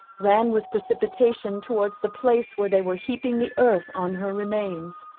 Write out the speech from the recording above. ran with precipitation towards the place where they were heaping the earth on her remains.